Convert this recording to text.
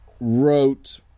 wrote